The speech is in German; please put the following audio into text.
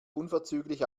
unverzüglich